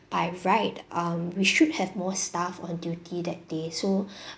by right um we should have more staff on duty that day so